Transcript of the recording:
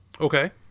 Okay